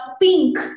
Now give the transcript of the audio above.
pink